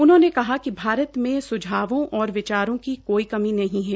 उन्होंने कहा कि भारत में सुझावों और विचारों की कोई कमी नहीं है